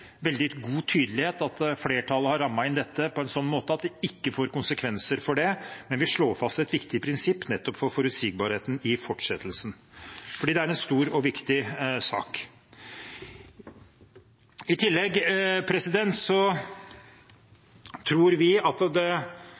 veldig god tydelighet at flertallet har rammet inn dette på en sånn måte at det ikke får konsekvenser for det, men vi slår fast et viktig prinsipp for nettopp forutsigbarheten i fortsettelsen, for det er en stor og viktig sak. I tillegg tror vi at det gjennom dekommisjoneringen kan være mange næringsmuligheter som vi bør gripe. Det